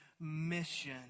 mission